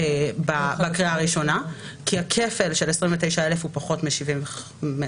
בקריאה הראשונה כי כפל של 29,000 הוא פחות מ-75,000.